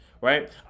Right